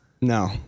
No